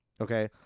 Okay